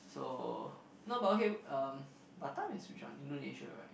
so no but okay um Batam is which one Indonesia right